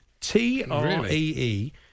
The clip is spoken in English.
T-R-E-E